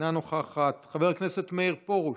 אינה נוכחת, חבר הכנסת מאיר פרוש,